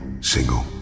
single